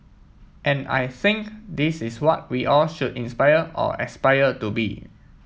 and I think this is what we all should inspire or aspire to be